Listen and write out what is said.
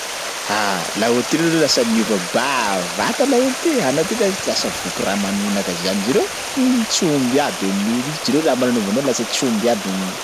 Ah, laolo ty leroa lasa niova bavata laolo ty, anao ty ndraiky toa lasa voky ramanonaka zany, jereo um, tsy omby aby amin'io ry, jereo lamba nanaovanao lasa tsy omby aby amin'io.